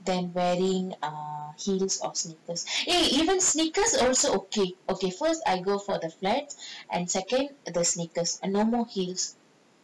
than wearing err heels or sneakers eh even sneakers also okay okay first I go for the flats and second the sneakers err no more heels